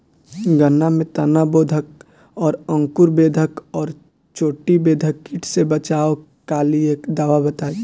गन्ना में तना बेधक और अंकुर बेधक और चोटी बेधक कीट से बचाव कालिए दवा बताई?